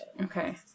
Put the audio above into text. Okay